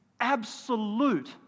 absolute